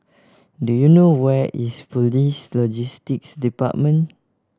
do you know where is Police Logistics Department